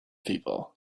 people